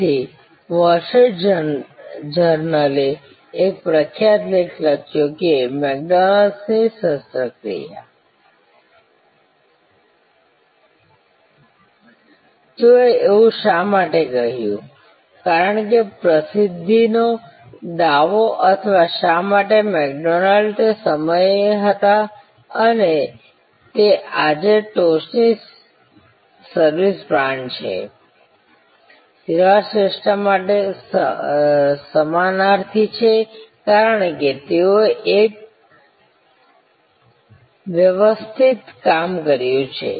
તેથી wall street જર્નલે એક પ્રખ્યાત લેખ લખ્યો કે મેકડોનાલ્ડ્સથી શસ્ત્રક્રિયા તેઓએ એવું શા માટે કહ્યું કારણ કે પ્રસિદ્ધિનો દાવો અથવા શા માટે મેકડોનાલ્ડ તે સમયે હતા અને તે આજે ટોચની સર્વિસ બ્રાન્ડ છે સેવા શ્રેષ્ઠતા માટે સમાનાર્થી છે કારણ કે તેઓએ એક વ્યવસ્થિત કામ કર્યું છે